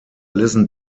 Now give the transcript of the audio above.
listen